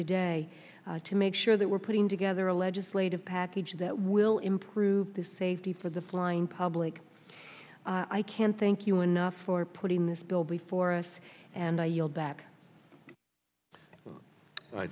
today to make sure that we're putting together a legislative package that will improve the safety for the flying public i can't thank you enough for putting this bill before us and i yield back i